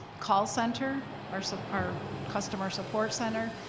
call center, our so our customer support center,